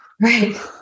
Right